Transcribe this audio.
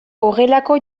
horrelako